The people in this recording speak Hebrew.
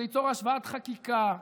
זה ייצור השוואת חקיקה,